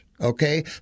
okay